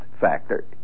factor